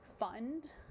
fund